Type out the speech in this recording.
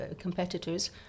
competitors